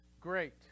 Great